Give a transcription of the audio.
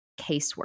casework